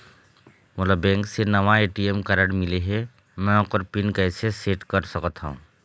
मोला बैंक से नावा ए.टी.एम कारड मिले हे, म ओकर पिन कैसे सेट कर सकत हव?